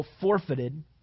forfeited